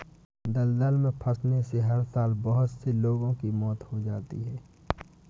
दलदल में फंसने से हर साल बहुत से लोगों की मौत हो जाती है